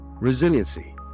Resiliency